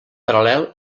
paral·lel